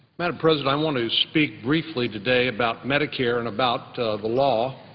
madam president, i want to speak briefly today about medicare and about the law,